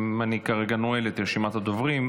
אני נועל את רשימת הדוברים,